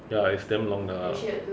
ya is like damn long 的 lah